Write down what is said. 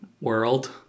world